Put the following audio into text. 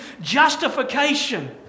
justification